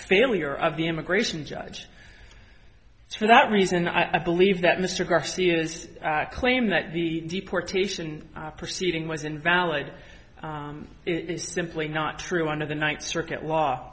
failure of the immigration judge for that reason i believe that mr garcia is claim that the deportation proceeding was invalid in simply not true under the ninth circuit law